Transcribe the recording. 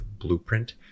blueprint